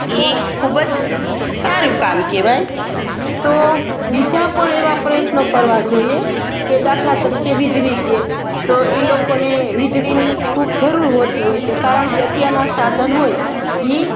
એ ખૂબ જ સારું કામ કહેવાય તો બીજા પણ એવા પ્રયત્નો કરવા જોઈએ કે દાખલા તરીકે વીજળી છે તો એ લોકોને વીજળીની ખૂબ જરૂર હોતી હોય છે કારણ કે અત્યારના સાધન હોય એ